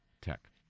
Tech